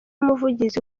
umuvugizi